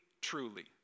truly